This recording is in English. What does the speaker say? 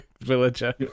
villager